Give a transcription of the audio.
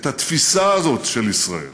את התפיסה הזאת של ישראל